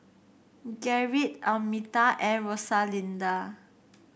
Gerrit Almeta and Rosalinda